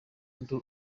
undi